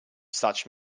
such